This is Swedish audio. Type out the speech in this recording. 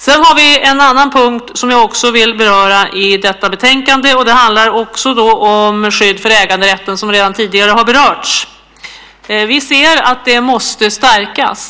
Sedan finns det en annan punkt i detta betänkande som jag vill beröra, och det handlar om skydd för äganderätten, som redan tidigare berörts. Vi ser att det måste stärkas.